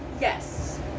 Yes